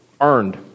earned